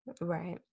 Right